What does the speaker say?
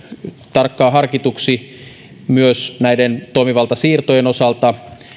tarkkaan harkituksi myös näiden toimivaltasiirtojen osalta